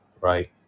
Right